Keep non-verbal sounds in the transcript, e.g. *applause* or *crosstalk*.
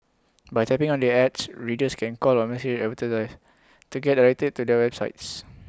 by tapping on the ads readers can call or message *unintelligible* to get directed to their websites